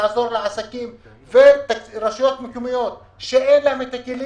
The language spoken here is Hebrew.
לעזור לעסקים ורשויות מקומיות שאין להן את הכלים